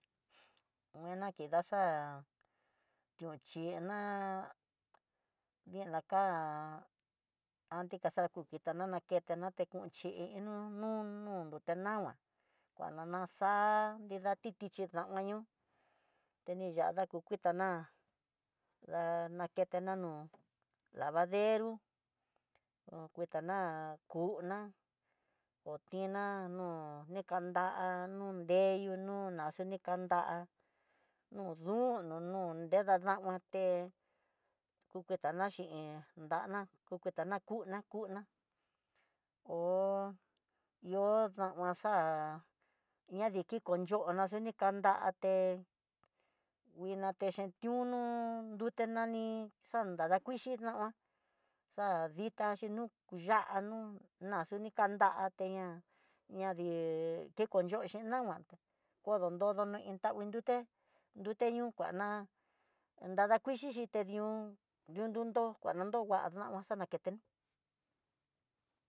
Kuina ki daxa ñoxhina, dina ka antikaxa kukitana, naketaté konchinu nú nu ti nangua, kuana naxa nida ti tichí namañu tenexa dakukuita ná, da naketena nú lavadero nakuetana ku'uná, o tiná ho nekanda nundeyú nuná axio ni kandá no dunu no ndekanaguaté kuketana chin dana kuketana kuna kuna hó ihó nama xa'a ña diki kon yo'na naxuni kandaté nguinati xhin tiunú nrujte nani xandana kuixhii nama, da ditá xhi nú ya'á anu naxa nikandaté ña ñadi tikonño xhi nama, kodon nodono iin tangui nduté yunga naá narda kuixhii ti dión yu dundo kuanandió ngua dama xa naketyeni.